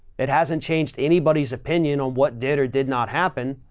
it hasn't changed anybody's opinion on what did or did not happen.